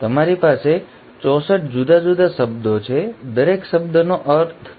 તમારી પાસે 64 જુદા જુદા શબ્દો છે દરેક શબ્દનો કંઈક અર્થ છે